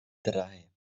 drei